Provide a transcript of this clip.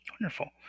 Wonderful